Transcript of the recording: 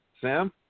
Sam